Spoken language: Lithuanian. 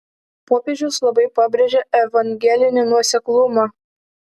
popiežius labai pabrėžia evangelinį nuoseklumą